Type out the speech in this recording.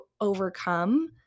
overcome